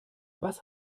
was